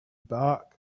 back